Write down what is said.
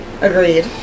Agreed